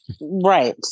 Right